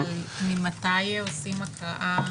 ממתי עושים הקראה?